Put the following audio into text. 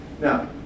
Now